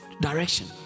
direction